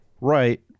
Right